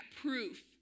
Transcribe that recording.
proof